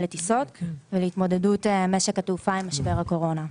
לטיסות ולהתמודדות משק התעופה עם משבר הקורונה.